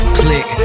click